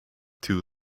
two